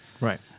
Right